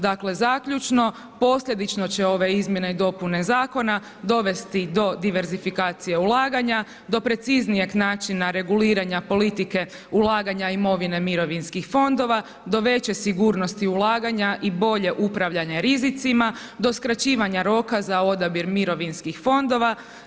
Dakle, zaključno posljedično će ove izmjene i dopune zakona dovesti do diversifikacije ulaganja, do preciznijeg načina reguliranja politike ulaganje imovine mirovinskih fondova do veće sigurnosti ulaganja i bolje upravljanje rizicima do skraćivanje roka za odabir mirovinskih fondova.